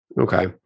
Okay